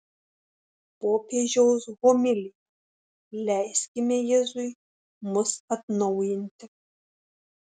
popiežiaus homilija leiskime jėzui mus atnaujinti